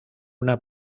una